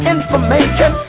Information